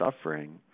suffering